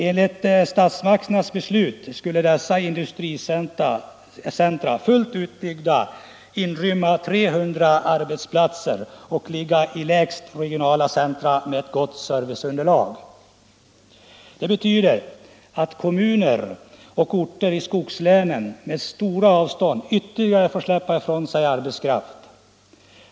Enligt statsmakternas beslut skall dessa industricentra fullt utbyggda inrymma 300 arbetsplatser och ligga i lägst regionala centra med gott serviceunderlag. Det betyder att kommuner och orter i skogslänen med stora avstånd ytterligare får släppa från sig arbetskraft.